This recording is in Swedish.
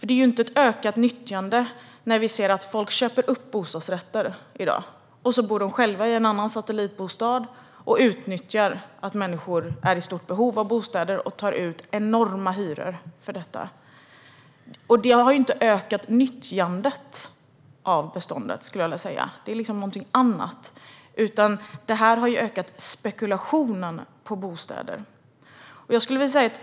Det är ju inte ett ökat nyttjande när vi ser att folk i dag köper upp bostadsrätter och utnyttjar det faktum att människor är i stort behov av bostäder genom att ta ut enorma andrahandshyror, medan de själva bor i en annan satellitbostad. Detta har inte ökat nyttjandet av beståndet. Det är någonting annat. Det har däremot ökat bostadsspekulationen.